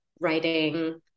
writing